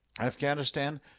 Afghanistan